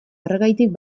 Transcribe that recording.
horregatik